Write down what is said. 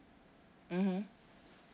mmhmm